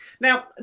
Now